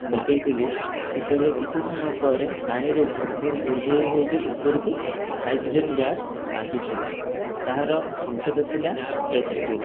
ପକାଇଥିଲି ସେତେବେଳେ କିଛି ସମୟ ପରେ ପାଣିରୁ ଭୁର ଭୁର ଭୁର ଭୁର ହେଇକି ଉପରକୁ ହାଇଡ୍ରୋଜେନ୍ ଗ୍ୟାସ ଆସିଥିଲା ତାହାର ସଙ୍କେତ ଥିଲା ଏଚ୍ ଟୁ